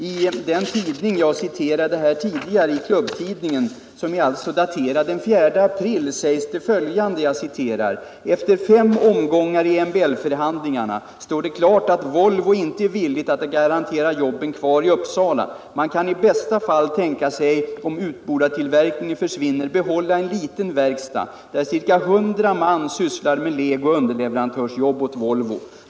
I klubbtidningen, som jag citerade tidigare, daterad den 4 april sägs följande: ”Efter fem omgångar i MBL-förhandlingarna står det klart att Volvo inte är villiga att garantera jobben kvar i Uppsala. Man kan i bästa fall tänka sig att om utbordartillverkningen försvinner, behålla en liten verkstad där ca 100 man sysslar med legooch underleverantörsjobb åt Volvo.